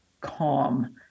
calm